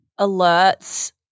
alerts